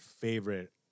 favorite